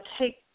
take